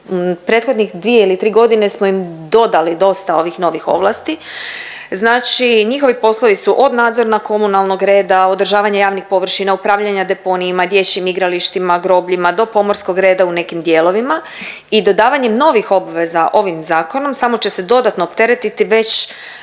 Prethodnih dvije ili tri godine smo im dodali dosta ovih novih ovlasti, znači njihovi poslovi su od nadzor na komunalnog reda, održavanje javnih površina, upravljanje deponijima, dječjim igralištima, grobljima do pomorskog reda u nekim dijelovima i dodavanjem novih obveza ovim zakonom samo će se dodatno opteretiti već